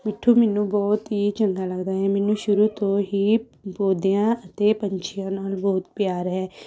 ਮਿੱਠੂ ਮੈਨੂੰ ਬਹੁਤ ਹੀ ਚੰਗਾ ਲੱਗਦਾ ਹੈ ਮੈਨੂੰ ਸ਼ੁਰੂ ਤੋਂ ਹੀ ਪੌਦਿਆਂ ਅਤੇ ਪੰਛੀਆਂ ਨਾਲ ਬਹੁਤ ਪਿਆਰ ਹੈ